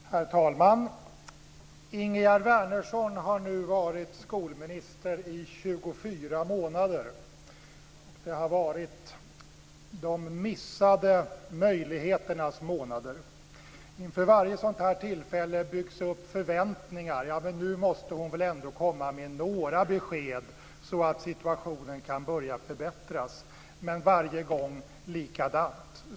Herr talman! Ingegerd Wärnersson har nu varit skolminister i 24 månader, och det har varit de missade möjligheternas månader. Inför varje sådant här tillfälle byggs det upp förväntningar: Nu måste hon väl ändå komma med några besked, så att situationen kan börja förbättras. Men varje gång är det likadant.